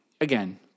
again